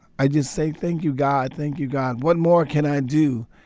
i just say thank you, god. thank you, god. what more can i do?